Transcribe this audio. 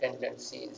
tendencies